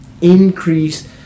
increase